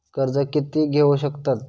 कर्ज कीती घेऊ शकतत?